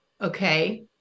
okay